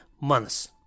months